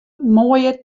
moaie